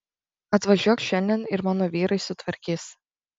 atvažiuok šiandien ir mano vyrai sutvarkys